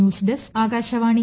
news desk ആകാശവാണിം